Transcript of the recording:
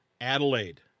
Adelaide